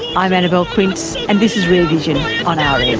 i'm annabelle quince and this is rear vision on um